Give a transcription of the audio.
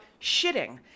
shitting